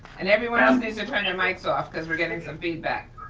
and everyone um needs to turn their mics off because we're getting some feedback.